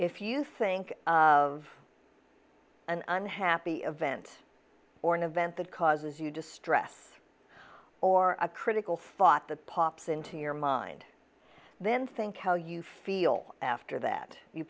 if you think of an unhappy event or an event that causes you distress or a critical thought that pops into your mind then think how you feel after that you